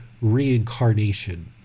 reincarnation